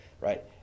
right